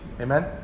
amen